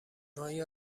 آیا